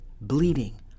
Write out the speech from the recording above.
bleeding